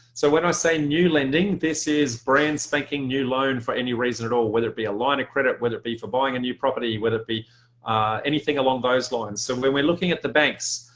so when i say new lending, this is brand spanking new loan for any reason at all whether it be a line of credit whether it be for buying a new property whether it be anything along those lines so when we're looking at the banks.